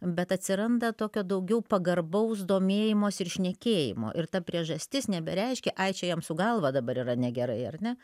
bet atsiranda tokio daugiau pagarbaus domėjimosi ir šnekėjimo ir ta priežastis nebereiškia ai čia jam su galva dabar yra negerai ar ne